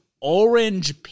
orange